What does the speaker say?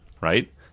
right